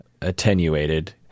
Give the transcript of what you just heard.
attenuated